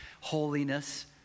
holiness